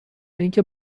اینکه